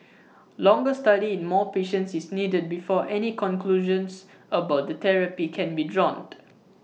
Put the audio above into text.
longer study in more patients is needed before any conclusions about the therapy can be drawn